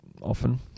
often